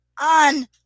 On